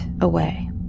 away